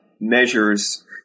measures